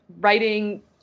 Writing